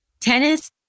tennis